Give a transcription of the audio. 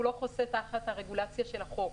הוא לא חוסה תחת הרגולציה של החוק,